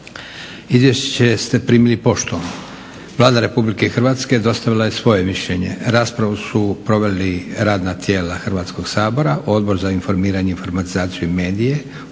Izvješće ste primili poštom. Vlada republike Hrvatske dostavila je svoje mišljenje. Raspravu su proveli radna tijela Hrvatskog sabora – Odbor za informiranje, informatizaciju i medije,